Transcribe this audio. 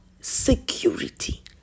Security